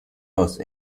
los